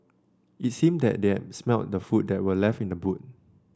it seemed that they had smelt the food that were left in the boot